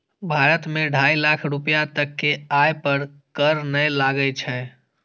भारत मे ढाइ लाख रुपैया तक के आय पर कर नै लागै छै